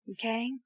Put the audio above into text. Okay